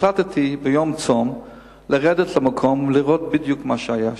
והחלטתי ביום צום לרדת למקום לראות בדיוק מה שהיה שם,